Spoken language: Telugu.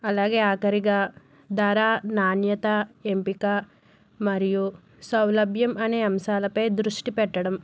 అలాగే ఆఖరిగా ధర నాణ్యత ఎంపిక మరియు సౌలభ్యం అనే అంశాలపై దృష్టి పెట్టడం